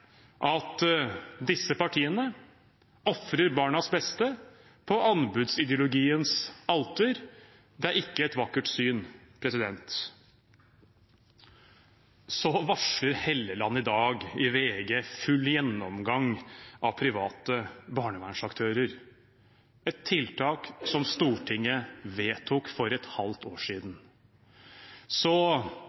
at disse partiene ofrer barnas beste på anbudsideologiens alter. Det er ikke et vakkert syn. Statsråd Hofstad Helleland varsler i VG i dag full gjennomgang av private barnevernsaktører, et tiltak som Stortinget vedtok for et halvt år siden.